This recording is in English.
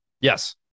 Yes